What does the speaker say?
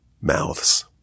mouths